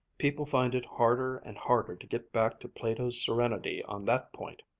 people find it harder and harder to get back to plato's serenity on that point.